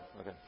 Okay